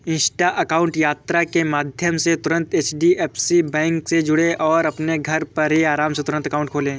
Insta account यात्रा के माध्यम से तुरंत एच.डी.एफ.सी बैंक से जुड़ें और अपने घर पर ही आराम से तुरंत अकाउंट खोले